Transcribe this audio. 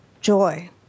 joy